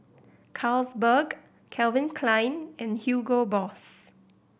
Carlsberg Calvin Klein and Hugo Boss